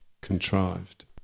contrived